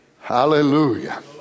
Hallelujah